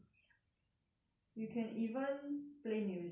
you can even play music and